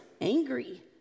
angry